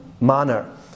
manner